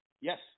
Yes